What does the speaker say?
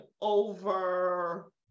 over